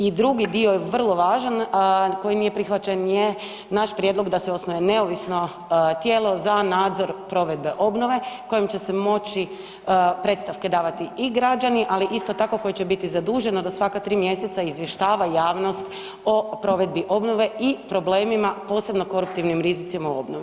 I drugi dio je vrlo važan, a koji nije prihvaćen je naš prijedlog da se osnuje neovisno tijelo za nadzor provedbe obnove kojem će se moći predstavke davati i građani, ali isto tako koji će biti zaduženo da svaka 3 mjeseca izvještava javnost o provedbi obnove i problemima, posebno koruptivnim rizicima u obnovi.